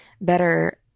better